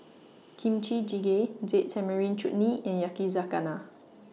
Kimchi Jjigae Date Tamarind Chutney and Yakizakana